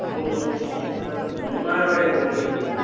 നമുക്ക് മൂന്നാർ വഴി ഊട്ടിക്ക് പോകാം